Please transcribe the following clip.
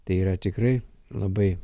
tai yra tikrai labai